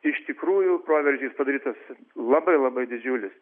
iš tikrųjų proveržis padarytas labai labai didžiulis